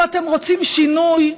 אם אתם רוצים שינוי,